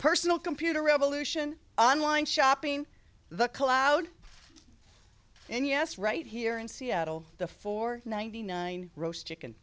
personal computer revolution on line shopping the cloud and yes right here in seattle the four ninety nine roast chicken